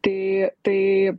tai tai